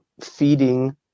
feeding